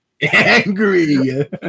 angry